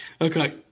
Okay